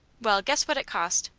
well, guess what it cost.